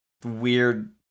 Weird